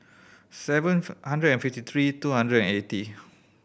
seventh hundred and fifty three two hundred and eighty